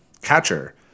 catcher